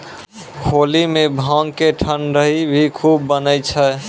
होली मॅ भांग के ठंडई भी खूब बनै छै